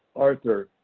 arthur,